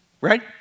right